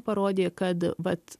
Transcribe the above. parodė kad vat